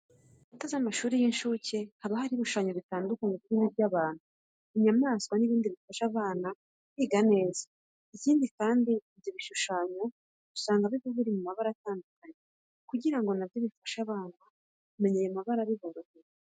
Ku nkuta z'amashuri y'incuke haba hariho ibishushanyo bitandukanye birimo iby'abantu, inyamaswa n'ibindi bifasha aba bana kwiga neza. Ikindi kandi, ibyo bishushanyo usabga biba biri mu mabara atandukanye kugira ngo na byo bifashe abo bana kumenya ayo mabara biboreheye.